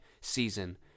season